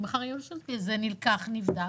אז זה נלקח ונבדק,